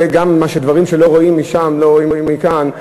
גם דברים שלא רואים משם לא רואים מכאן,